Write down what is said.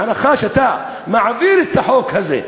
בהנחה שאתה מעביר את החוק הזה,